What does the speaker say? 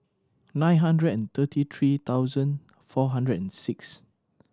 nine hundred and thirty three thousand four hundred and six